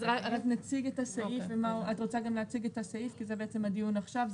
זה הדיון עכשיו.